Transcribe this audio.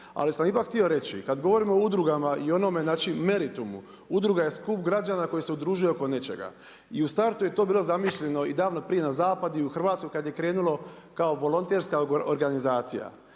Ali sam ipak htio reći, kad govorimo o udrugama i onome znači meritumu, udruga je skup građana koja se udružuje oko nečega i u startu je to bilo zamišljeno i davno prije i na zapadu i u Hrvatskoj kad je krenulo kao volonterska organizacija.